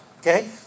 Okay